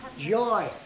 joy